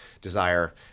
desire